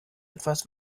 etwas